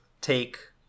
take